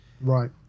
Right